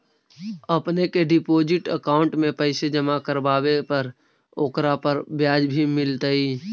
अपने के deposit account में पैसे जमा करवावे पर ओकरा पर ब्याज भी मिलतई